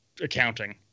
accounting